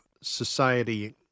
society